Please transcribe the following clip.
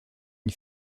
une